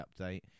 update